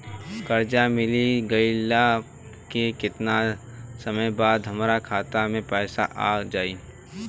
कर्जा मिल गईला के केतना समय बाद हमरा खाता मे पैसा आ जायी?